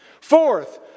Fourth